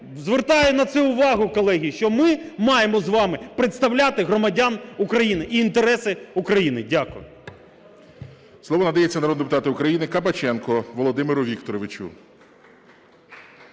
Звертаю на це увагу, колеги, що ми маємо з вами представляти громадян України і інтереси України. Дякую. ГОЛОВУЮЧИЙ. Слово надається народному депутату України Кабаченку Володимиру Вікторовичу.